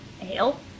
ale